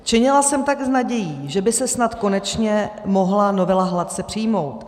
Činila jsem tak s nadějí, že by se snad konečně mohla novela hladce přijmout.